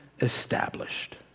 established